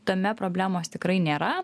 tame problemos tikrai nėra